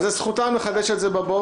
אז זו זכותם לחדש את זה בבוקר.